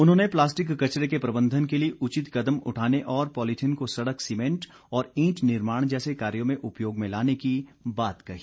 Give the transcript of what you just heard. उन्होंने प्लास्टिक कचरे के प्रबंधन के लिए उचित कदम उठाने और पॉलिथीन को सड़क सीमेंट और ईंट निर्माण जैसे कार्यो में उपयोग में लाने की बात कही